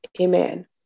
Amen